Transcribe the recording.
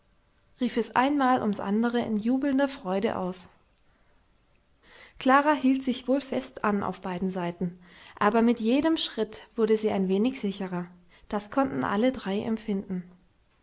rief es ein mal ums andere in jubelnder freude aus klara hielt sich wohl fest an auf beiden seiten aber mit jedem schritt wurde sie ein wenig sicherer das konnten alle drei empfinden